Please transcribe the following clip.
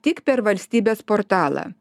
tik per valstybės portalą